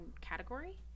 category